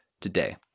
today